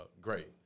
Great